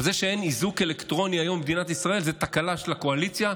אבל זה שאין איזוק אלקטרוני היום במדינת ישראל זה תקלה של הקואליציה,